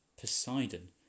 Poseidon